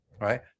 right